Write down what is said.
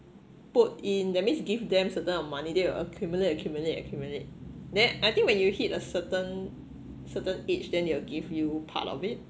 put in that means give them certain uh money they will accumulate accumulate accumulate then I think when you hit a certain certain age then they will give you part of it